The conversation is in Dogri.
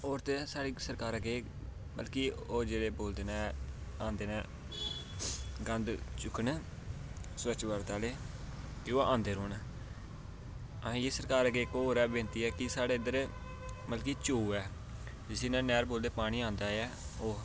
होर मतलब कि साढ़ी सरकार नै केह् ओह् मतलब कि जेह्ड़े बोलदे न आंदे न गंद चुक्कदे न स्वच्छ भारत आह्ले कि ओह् आंदे रौह्न कि असें सरकार अग्गें इक्क होर बिनती ऐ कि साढ़े इद्धर मतलब कि चोऽ ऐ जिसी नैह्र आक्खदे ते पानी आंदा